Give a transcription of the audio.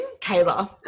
Kayla